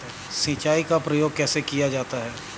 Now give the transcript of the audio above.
सिंचाई का प्रयोग कैसे किया जाता है?